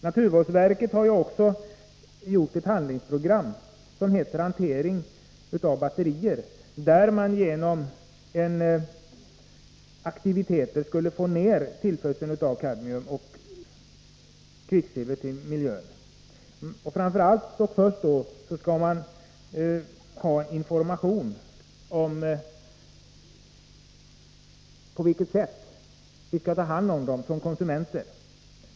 Naturvårdsverket har föreslagit ett handlingsprogram, Hantering av batterier, enligt vilket man genom olika aktiviteter skall minska spridningen av kadmium och kvicksilver i miljön. Framför allt skall man ha information om på vilket sätt vi som konsumenter skall ta hand om miljöfarliga batterier.